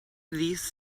these